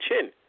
chin